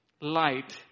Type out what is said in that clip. light